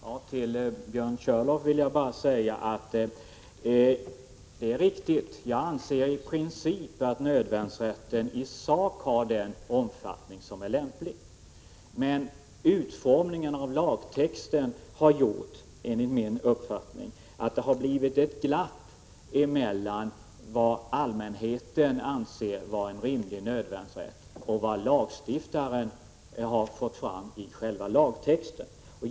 Herr talman! Till Björn Körlof vill jag säga: Det är riktigt, jag anser i princip att nödvärnsrätten i sak har den omfattning som är lämplig. Men utformningen av lagtexten har, enligt min uppfattning, gjort att det uppstått ett glapp mellan vad allmänheten anser vara en rimlig nödvärnsrätt och vad lagstiftaren har fått fram i själva lagtexten.